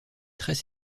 très